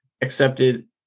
accepted